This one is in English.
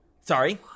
Sorry